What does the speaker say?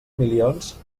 milions